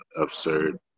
absurd